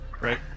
Right